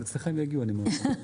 אבל אצלך הם יגיעו אני מאמין.